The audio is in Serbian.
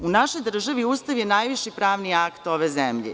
U našoj državi Ustav je najviši pravni akt ove zemlje.